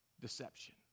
deception